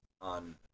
on